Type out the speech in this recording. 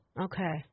Okay